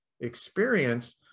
experience